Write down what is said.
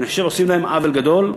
אני חושב שעושים להם עוול גדול.